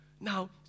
Now